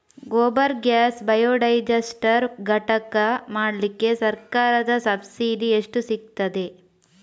Gobar gas biodigester ಘಟಕ ಮಾಡ್ಲಿಕ್ಕೆ ಸರ್ಕಾರದ ಸಬ್ಸಿಡಿ ಎಷ್ಟು ಸಿಕ್ತಾದೆ?